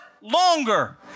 longer